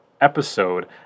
episode